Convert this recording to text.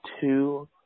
two